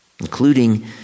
including